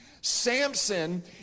Samson